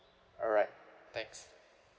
alright thanks